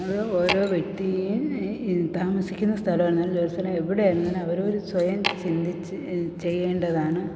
അത് ഓരോ വ്യക്തിയും ഈ താമസിക്കുന്ന സ്ഥലമായിരുന്നാലും ജോലി സ്ഥലം എവിടെ ആയിരുന്നാലും അവരവർ സ്വയം ചിന്തിച്ച് ചെയ്യേണ്ടതാണ്